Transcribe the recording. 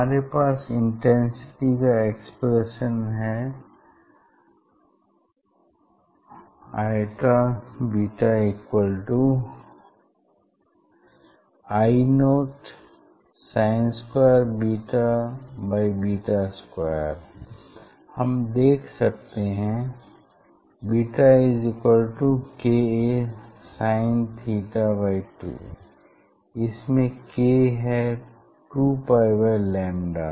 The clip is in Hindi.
हमारे पास इंटेंसिटी का एक्सप्रेशन है IβI0sin2ββ2 हम देख सकते हैं βkasinθ2 इसमें k है 2 पाई बाई लैम्डा